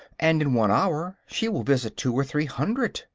and in one hour she will visit two or three hundred,